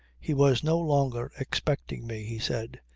he was no longer expecting me, he said.